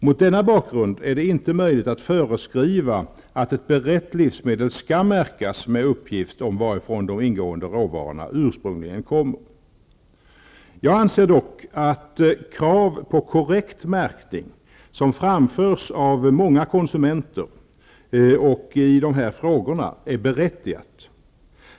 Mot denna bakgrund är det inte möjligt att föreskriva att ett berett livsmedel skall märkas med uppgift om varifrån de ingående råvarorna ursprungligen kommer. Jag anser dock att det krav på korrekt märkning som framförs av många konsumenter och i de här frågorna är berättigat.